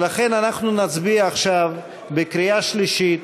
ולכן, אנחנו נצביע עכשיו בקריאה שלישית